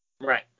Right